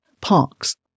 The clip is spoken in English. parks